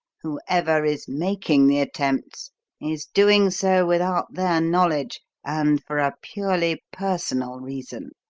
whoever is making the attempts is doing so without their knowledge and for a purely personal reason.